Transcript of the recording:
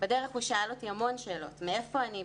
בדרך הוא שאל אותי המון שאלות: מאיפה אני,